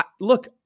Look